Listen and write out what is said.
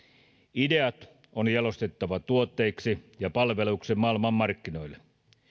ideat on jalostettava tuotteiksi ja palveluiksi maailmanmarkkinoille